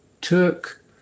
took